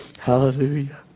Hallelujah